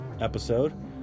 episode